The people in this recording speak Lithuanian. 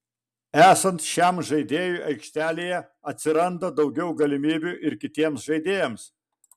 esant šiam žaidėjui aikštelėje atsiranda daugiau galimybių ir kitiems žaidėjams